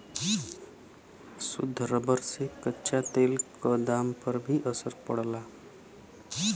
शुद्ध रबर से कच्चा तेल क दाम पर भी असर पड़ला